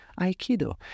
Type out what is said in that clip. Aikido